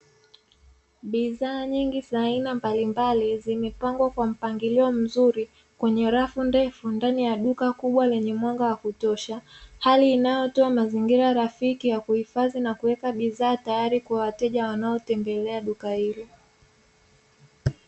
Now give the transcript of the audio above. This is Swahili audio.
Bidhaa nyingi za aina mbalimbali zimepangwa kwa mpangilio mzuri, kwenye rafu ndefu ndani ya duka kubwa lenye mwanga wa kutosha. Hali inayotoa mazingiwa rafiki ya kuhifadhi na kuweka bidhaa tayari kwa wateja uwanaotembelea duka hili.